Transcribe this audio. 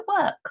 work